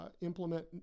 Implement